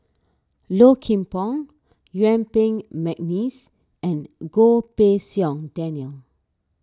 Low Kim Pong Yuen Peng McNeice and Goh Pei Siong Daniel